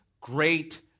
great